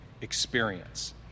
experience